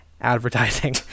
advertising